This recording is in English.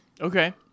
Okay